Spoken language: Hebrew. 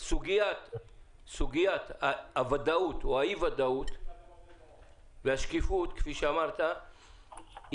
סוגיית הוודאות או האי ודאות והשקיפות היא מכרעת